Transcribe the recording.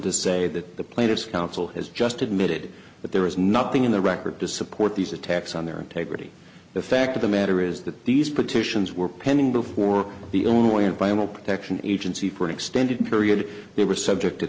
to say that the plaintiff's counsel has just admitted that there is nothing in the record to support these attacks on their integrity the fact of the matter is that these petitions were pending before the only way and by a protection agency for an extended period they were subject to